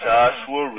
Joshua